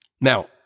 now